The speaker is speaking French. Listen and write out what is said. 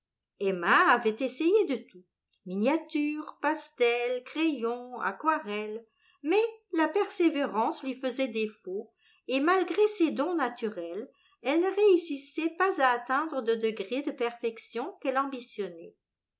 emma avait essayé de tout miniature pastel crayon aquarelle mais la persévérance lui faisait défaut et malgré ses dons naturels elle ne réussissait pas à atteindre de degré de perfection qu'elle ambitionnait